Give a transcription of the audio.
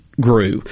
grew